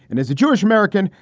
and as a jewish american,